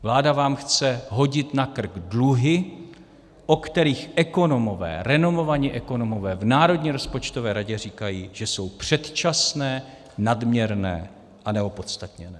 Vláda vám chce hodit na krk dluhy, o kterých renomovaní ekonomové v Národní rozpočtové radě říkají, že jsou předčasné, nadměrné a neopodstatněné.